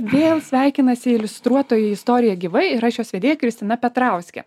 vėl sveikinasi iliustruotoji istorija gyvai ir aš jos vedėja kristina petrauskė